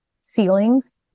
ceilings